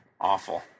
Awful